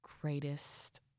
greatest